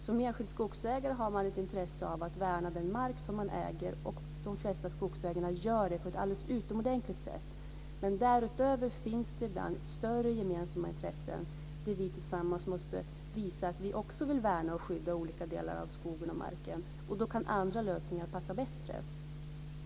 Som enskild skogsägare har man ett intresse av att värna den mark som man äger, och de flesta skogsägarna gör det på ett alldeles utomordentligt sätt. Men därutöver finns det ibland större gemensamma intressen där vi tillsammans måste visa att vi också vill skydda och värna olika delar av skogen och marken, och då kan andra lösningar passa bättre.